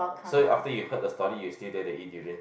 so after you heard the story you still dare to eat durian